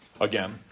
again